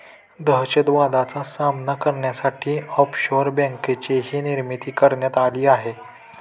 दहशतवादाचा सामना करण्यासाठी ऑफशोअर बँकेचीही निर्मिती करण्यात आली आहे